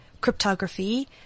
cryptography